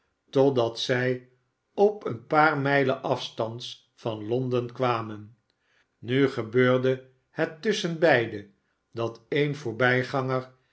totdat zij op een paar mijlen afstands van l on den kwamen nu gebeurde het tusschenbeide dat een voorbijganger